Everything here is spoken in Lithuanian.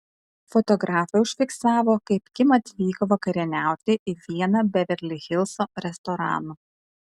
fotografai užfiksavo kaip kim atvyko vakarieniauti į vieną beverli hilso restoranų